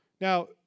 Now